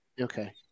okay